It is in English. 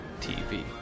TV